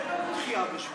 תן לנו דחייה של שבועיים.